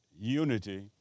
unity